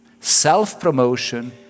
Self-promotion